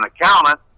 accountant